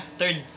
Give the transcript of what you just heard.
third